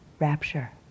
rapture